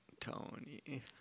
Tony